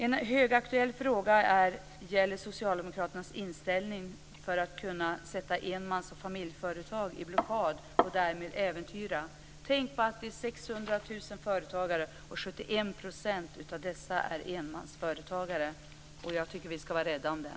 En högaktuell fråga gäller socialdemokraternas inställning till att kunna sätta enmans och familjeföretag i blockad och därmed äventyra dem. Tänk på att det är 600 000 företagare och att 71 % av dessa är enmansföretagare. Jag tycker att vi ska vara rädda om dem.